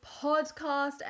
podcast